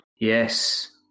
yes